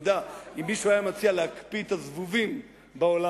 אם מישהו היה מציע להקפיא את הזבובים בעולם,